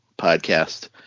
podcast